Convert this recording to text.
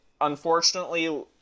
unfortunately